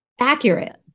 Accurate